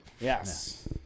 yes